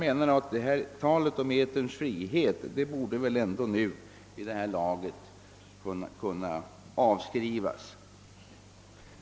Talet om eterns frihet borde enligt min mening kunna avskrivas vid det här laget.